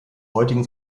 heutigen